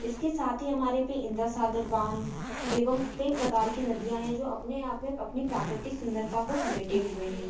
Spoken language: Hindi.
इसके साथ ही हमारे पे इंद्रासागर बाँध एवं कई प्रकार की नदियाँ हैं जो अपने आप में अपनी प्राकृतिक सुंदरता को समेटे हुए हैं